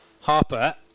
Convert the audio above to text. Harper